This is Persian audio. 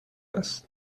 است